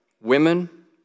Women